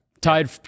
Tied